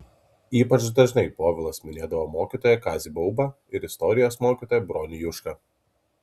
ypač dažnai povilas minėdavo mokytoją kazį baubą ir istorijos mokytoją bronių jušką